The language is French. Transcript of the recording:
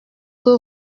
que